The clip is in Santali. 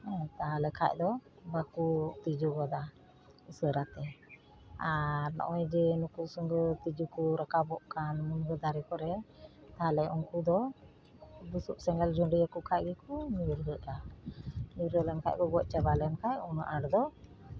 ᱛᱟᱦᱮᱸ ᱞᱮᱱᱠᱷᱟᱡ ᱫᱚ ᱵᱟᱠᱚ ᱛᱤᱸᱡᱩ ᱜᱚᱫᱟ ᱩᱥᱟᱹᱨᱟᱛᱮ ᱟᱨ ᱱᱚᱜᱼᱚᱭ ᱡᱮ ᱱᱩᱠᱩ ᱥᱩᱜᱟᱹ ᱛᱤᱡᱩ ᱠᱚ ᱨᱟᱠᱟᱵᱚᱜ ᱠᱟᱱ ᱢᱩᱱᱜᱟᱹ ᱫᱟᱨᱮ ᱠᱚᱨᱮ ᱛᱟᱦᱞᱮ ᱩᱱᱠᱩ ᱫᱚ ᱵᱩᱥᱩᱜ ᱥᱮᱸᱜᱮᱞ ᱡᱚᱸᱰᱤᱭᱟᱠᱚ ᱠᱷᱟᱡ ᱜᱮᱠᱚ ᱧᱩᱨᱦᱩᱜᱼᱟ ᱧᱩᱨᱦᱟᱹ ᱞᱮᱱᱠᱷᱟᱡ ᱠᱚ ᱜᱚᱡ ᱪᱟᱵᱟ ᱞᱮᱱᱠᱷᱟᱡ ᱩᱱᱟᱹᱜ ᱟᱸᱴ ᱫᱚ